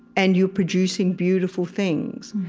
and you're producing beautiful things.